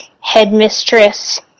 headmistress